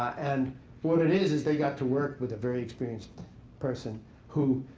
and what it is is they got to work with a very experienced person who